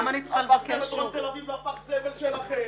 הפכתם את דרום תל אביב לפח הזבל שלכם.